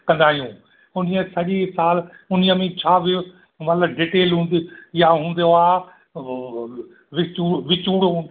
कंदा आहियूं उन ई साॻी साल उन में छा वियो मतिलबु डिटेल हूंदी या हूंदो आहे पोइ विचू विचूर